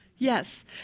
Yes